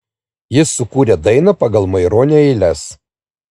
jis sukūrė dainą pagal maironio eiles